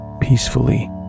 peacefully